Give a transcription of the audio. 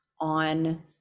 on